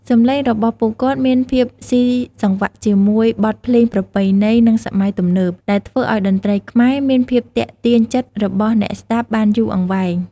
សម្លេងរបស់ពួកគាត់មានភាពសុីសង្វាក់ជាមួយ បទភ្លេងប្រពៃណី និង សម័យទំនើប ដែលធ្វើឲ្យតន្ត្រីខ្មែរ មានភាពទាក់ទាញចិត្តរបស់អ្នកស្តាប់បានយូរអង្វែង។